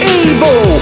evil